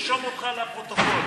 שתקבע ועדת הכנסת נתקבלה.